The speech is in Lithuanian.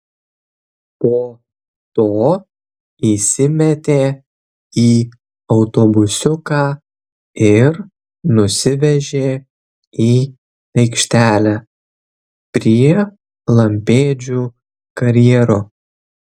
po to įsimetė į autobusiuką ir nusivežė į aikštelę prie lampėdžių karjero